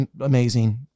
amazing